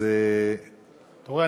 אתה רואה,